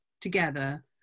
together